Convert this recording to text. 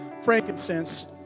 frankincense